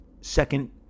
second